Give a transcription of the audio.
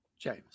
James